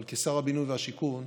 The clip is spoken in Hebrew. אבל כשר הבינוי והשיכון,